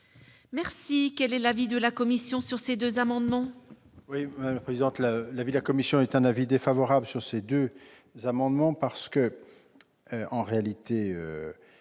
difficile. Quel est l'avis de la commission sur ces sept amendements